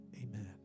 Amen